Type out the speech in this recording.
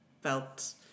felt